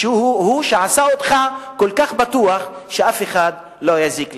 והוא שעשה אותך כל כך בטוח שאף אחד לא יזיק לך.